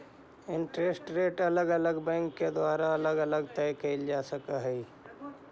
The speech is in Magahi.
इंटरेस्ट रेट अलग अलग बैंक के द्वारा अलग अलग तय कईल जा सकऽ हई